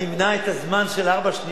הזמן של ארבע השניות,